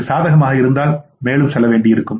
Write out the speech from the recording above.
அது சாதகமாக இருந்தால் மேலும் செல்லுங்கள்